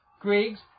Griggs